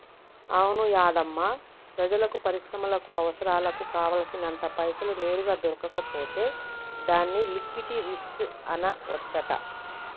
అవును యాధమ్మా ప్రజలకు పరిశ్రమలకు అవసరాలకు కావాల్సినంత పైసలు నేరుగా దొరకకపోతే దాన్ని లిక్విటీ రిస్క్ అనవచ్చంట